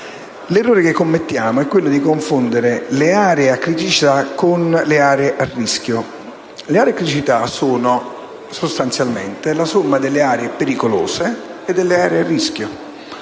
l'errore che commettiamo è quello di confondere le aree a criticità con le aree a rischio. Le aree a criticità sono sostanzialmente la somma delle aree pericolose e delle aree a rischio.